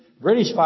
British